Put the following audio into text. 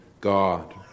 God